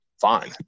Fine